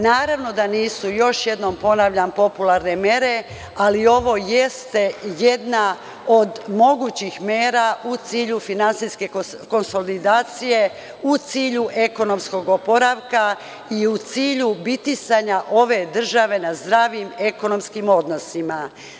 Naravno da nisu popularne mere, ali ovo jeste jedna od mogućih mera u cilju finansijske konsolidacije, u cilju ekonomskog oporavka i u cilju bitisanja ove države na zdravim ekonomskim osnovama.